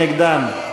מי נגדן?